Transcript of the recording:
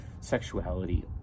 sexuality